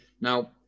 Now